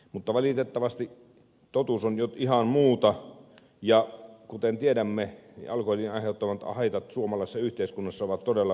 mutta valitettavasti totuus on ihan muuta ja kuten tiedämme alkoholin aiheuttamat haitat suomalaisessa yhteiskunnassa ovat todella merkittävät